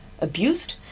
abused